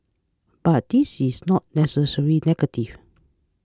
but this is not necessarily negative